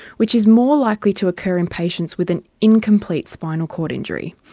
which is more likely to occur in patients with an incomplete spinal cord injury,